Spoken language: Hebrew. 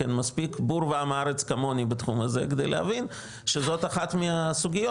מספיק בור ועם הארץ כמוני בתחום הזה כדי להבין שזאת אחת מהסוגיות,